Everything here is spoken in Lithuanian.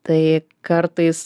tai kartais